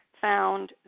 found